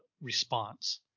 response